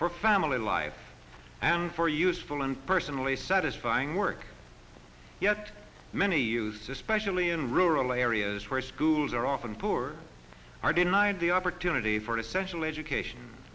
for family life and for useful and personally satisfying work yet many use especially in rural areas where schools are often poor or are denied the opportunity for essential